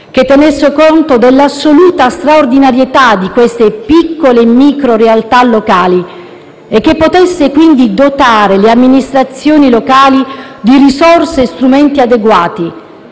che tenesse conto dell'assoluta straordinarietà di queste piccole e micro realtà locali e che potesse, quindi, dotare le amministrazioni locali di risorse e strumenti adeguati